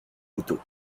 couteaux